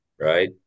right